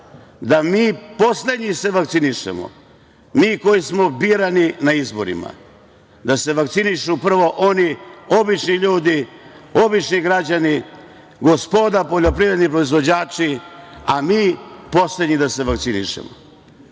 se mi poslednji vakcinišemo, mi koji smo birani na izborima. Dakle, da se vakcinišu prvo oni obični ljudi, obični građani, gospoda poljoprivredni proizvođači, a mi poslednji da se vakcinišemo. Ja